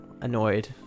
annoyed